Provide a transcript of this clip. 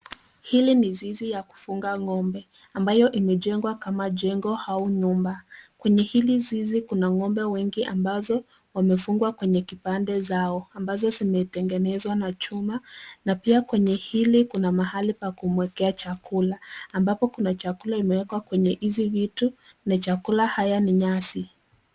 Zizi la kufuga Ng'ombe ambayo imejengwa kama jengo au nyumba. Kwenye hili zizi kuna Ng'ombe wengi ambazo wamefungwa kwenye kipande zao ambazo zitengenezwa na chuma na pia kuna mahali pa kumwekea chakula iliyowekwa na ni nyasi.